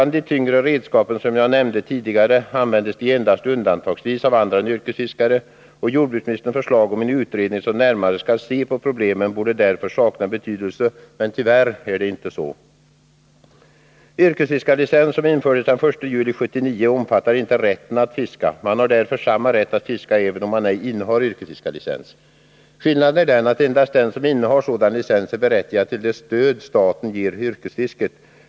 De tyngre redskapen, som jag nämnde tidigare, används endast undantagsvis av andra än yrkesfiskare, och jordbruksministerns förslag om en utredning som närmare skall se på problemen borde därför sakna betydelse, men tyvärr är det inte så. Yrkesfiskarlicens, som infördes den 1 juli 1979, omfattar inte rätten att fiska. Man har därför samma rätt att fiska även om man ej innehar yrkesfiskarlicens. Skillnaden är den att endast den som innehar sådan licens är berättigad till det stöd staten ger yrkesfisket.